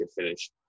finish